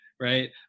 right